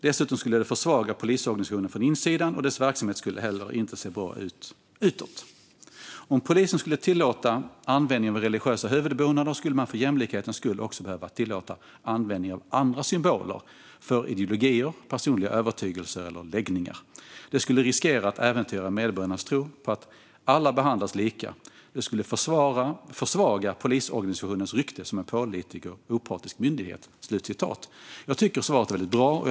Dessutom skulle det försvaga polisorganisationen från insidan, och dess verksamhet skulle inte heller se bra ut utåt." Vidare: "Om Polisen skulle tillåta användning av religiösa huvudbonader, skulle man för jämlikhetens skull också behöva tillåta användning av andra symboler för ideologier, personliga övertygelser eller läggningar. Det skulle riskera att äventyra medborgarnas tro på att alla behandlas lika. Det skulle försvaga polisorganisationens rykte som en pålitlig och opartisk myndighet." Jag tycker att svaret är väldigt bra och tydligt.